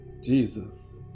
Jesus